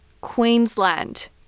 Queensland